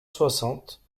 soixante